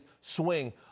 swing